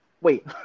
Wait